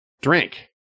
drink